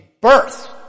birth